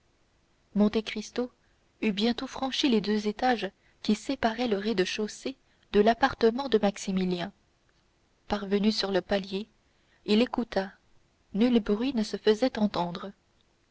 l'escalier monte cristo eut bientôt franchi les deux étages qui séparaient le rez-de-chaussée de l'appartement de maximilien parvenu sur le palier il écouta nul bruit ne se faisait entendre